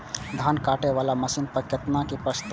धान काटे वाला मशीन पर केतना के प्रस्ताव हय?